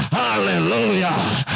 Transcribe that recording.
hallelujah